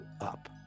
up